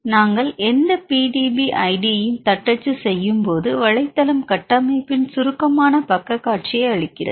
நாங்கள் எந்த PDB ஐடியையும் தட்டச்சு செய்யும் போது வலைத்தளம் கட்டமைப்பின் சுருக்கமான பக்கக் காட்சியை அளிக்கிறது